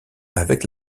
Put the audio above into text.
avec